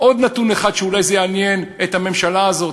עוד נתון אחד שאולי יעניין את הממשלה הזאת,